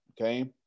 okay